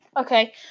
Okay